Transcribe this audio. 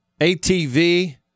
atv